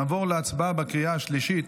נעבור להצבעה בקריאה שלישית